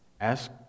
ask